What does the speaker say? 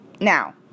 Now